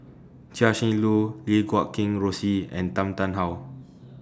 Chia Shi Lu Lim Guat Kheng Rosie and Tan Tarn How